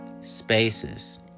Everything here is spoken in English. spaces